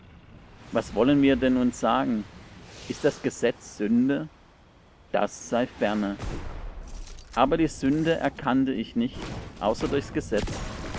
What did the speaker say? was wollen wir denn nun sagen ist das gesetz sünde das sei ferne aber die sünde erkannte ich nicht außer durchs gesetz